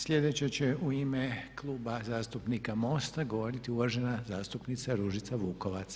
Sljedeća će u ime Kluba zastupnika MOST-a govoriti uvažena zastupnica Ružica Vukovac.